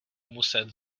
muset